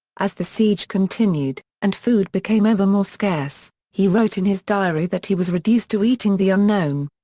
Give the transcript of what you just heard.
as the siege continued, and food became ever more scarce, he wrote in his diary that he was reduced to eating the unknown.